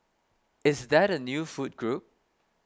is that a new food group